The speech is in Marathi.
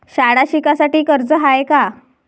शाळा शिकासाठी कर्ज हाय का?